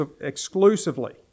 exclusively